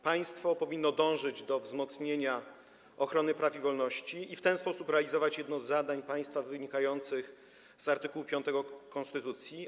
Państwo powinno dążyć do wzmocnienia ochrony praw i wolności i w ten sposób realizować jedno z zadań państwa wynikających z art. 5 konstytucji.